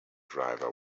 driver